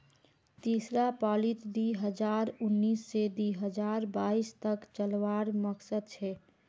तीसरा पालीत दी हजार उन्नीस से दी हजार बाईस तक चलावार मकसद छे